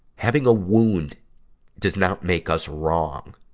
having a wound does not make us wrong.